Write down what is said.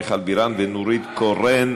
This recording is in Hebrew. מיכל בירן ונורית קורן.